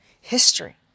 history